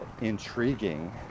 intriguing